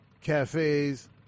cafes